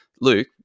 Luke